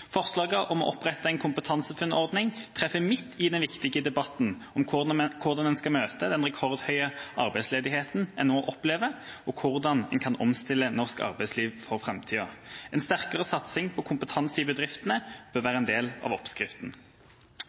forslaget hadde fortjent. Forslaget om å opprette en KompetanseFUNN-ordning treffer midt i den viktige debatten om hvordan en skal møte den rekordhøye arbeidsledigheten en nå opplever, og hvordan en kan omstille norsk arbeidsliv for framtida. En sterkere satsing på kompetanse i bedriftene bør være en del av oppskriften,